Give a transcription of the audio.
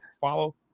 follow